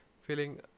feeling